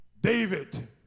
David